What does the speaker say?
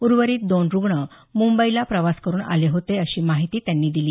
उर्वरित दोन रुग्ण मुंबईला प्रवास करून आले होते अशी माहिती त्यांनी दिली